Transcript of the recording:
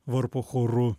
varpo choru